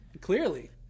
Clearly